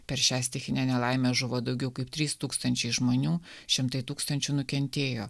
per šią stichinę nelaimę žuvo daugiau kaip trys tūkstančiai žmonių šimtai tūkstančių nukentėjo